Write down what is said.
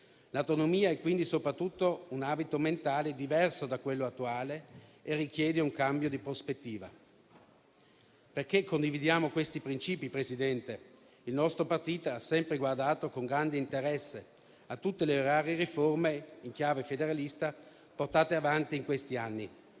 L'autonomia è quindi soprattutto un abito mentale diverso da quello attuale e richiede un cambio di prospettiva. Condividiamo questi principi, signor Presidente, perché il nostro partito ha sempre guardato con grande interesse a tutte le varie riforme in chiave federalista portate avanti in questi anni.